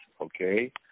Okay